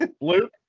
Luke